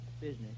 Business